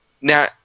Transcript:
Now